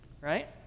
right